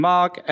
Mark